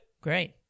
Great